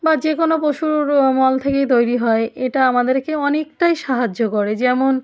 বা যে কোনো পশুর মল থেকেই তৈরি হয় এটা আমাদেরকে অনেকটাই সাহায্য করে যেমন